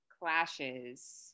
clashes